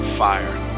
fire